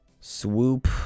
Swoop